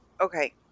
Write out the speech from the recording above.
Okay